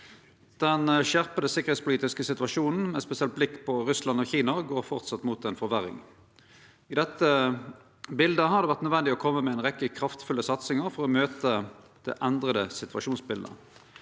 Den skjerpa sikkerheitspolitiske situasjonen, med eit spesielt blikk på Russland og Kina, går framleis mot ei forverring. Det har vore nødvendig å kome med ei rekkje kraftfulle satsingar for å møte det endra situasjonsbildet.